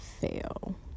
Fail